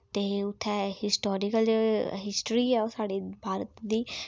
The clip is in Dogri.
ते उत्थै हिस्टोरिकल जगहा हिस्टरी ऐ ओह् साढ़े भारत दी